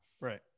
right